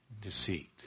deceit